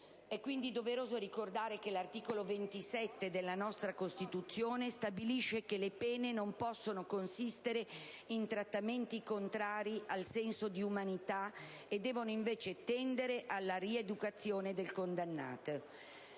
È doveroso ricordare che l'articolo 27 della nostra Costituzione stabilisce che «le pene non possono consistere in trattamenti contrari al senso di umanità e devono tendere alla rieducazione del condannato».